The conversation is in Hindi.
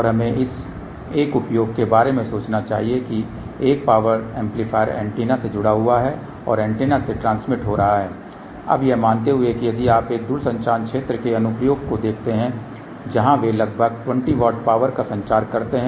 और हमें एक उपयोग के बारे में सोचना चाहिए कि एक पावर एम्पलीफायर ऐन्टेना से जुड़ा है और एंटीना से ट्रांसमिट हो रहा है अब यह मानते हुए कि यदि आप एक दूरसंचार क्षेत्र के अनुप्रयोग को देखते हैं जहां वे लगभग 20 वाट पावर का संचार करते हैं